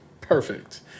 Perfect